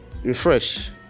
refresh